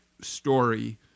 story